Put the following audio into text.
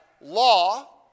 law